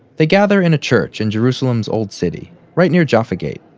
they gather in a church in jerusalem's old city, right near jaffa gate.